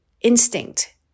instinct